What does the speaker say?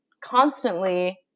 constantly